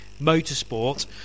Motorsport